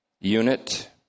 unit